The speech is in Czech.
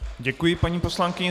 Děkuji, paní poslankyně.